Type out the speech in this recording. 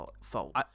fault